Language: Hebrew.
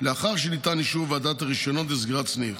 לאחר שניתן אישור ועדת הרישיונות לסגירת סניף,